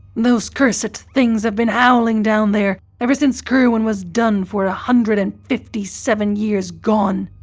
those cursed things have been howling down there ever since curwen was done for a hundred and fifty-seven years gone!